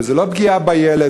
וזו לא פגיעה בילד,